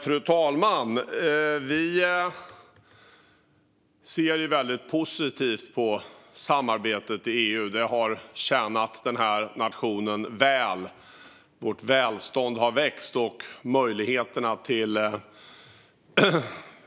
Fru talman! Vi ser ju väldigt positivt på samarbetet i EU. Det har tjänat den här nationen väl. Sveriges välstånd har växt, och möjligheterna till